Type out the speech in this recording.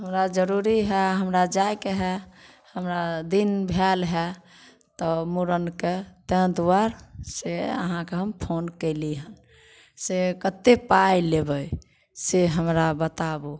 हमरा जरूरी हइ हमरा जाइके हइ हमरा दिन धायल हइ तब मूड़नके तैे दुआरे से अहाँके हम फोन कयली से कते पाइ लेबय से हमरा बताबू